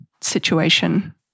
situation